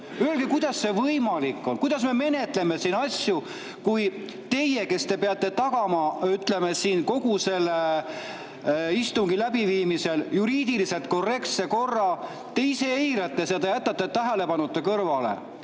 Öelge, kuidas see võimalik on. Kuidas me menetleme siin asju, kui teie, kes te peate tagama, ütleme, kogu istungi läbiviimisel juriidiliselt korrektse korra, ise eirate seda ja jätate selle kõrvale? Ma